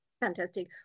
fantastic